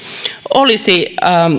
olisi